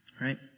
Right